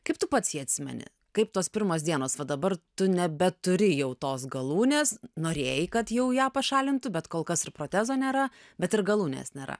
kaip tu pats jį atsimeni kaip tos pirmos dienos va dabar tu nebeturi jau tos galūnės norėjai kad jau ją pašalintų bet kol kas ir protezo nėra bet ir galūnės nėra